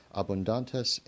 abundantes